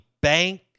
Bank